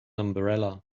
umbrella